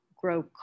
grow